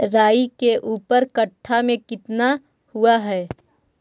राई के ऊपर कट्ठा में कितना हुआ है?